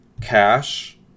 cash